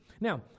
Now